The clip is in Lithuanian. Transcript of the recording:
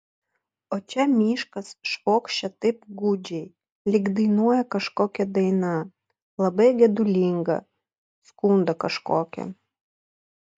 o čia miškas švokščia taip gūdžiai lyg dainuoja kažkokią dainą labai gedulingą skundą kažkokį